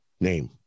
name